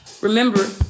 Remember